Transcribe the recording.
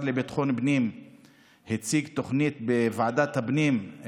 לביטחון פנים הציג תוכנית בוועדת הפנים,